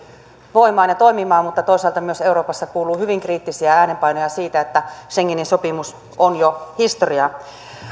voimaan ja toimimaan mutta toisaalta myös euroopassa kuuluu hyvin kriittisiä äänenpainoja siitä että schengenin sopimus on jo historiaa